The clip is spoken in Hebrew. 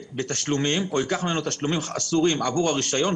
בתשלומים או ייקח ממנו תשלומים אסורים עבור הרישיון,